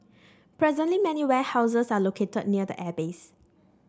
presently many warehouses are located near the airbase